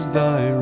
thy